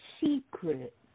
secret